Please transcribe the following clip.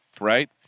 right